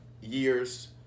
years